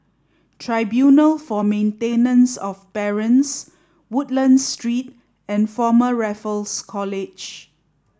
Tribunal for Maintenance of Parents Woodlands Street and Former Raffles College